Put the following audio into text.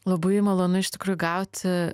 labai malonu iš tikrųjų gauti